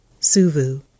Suvu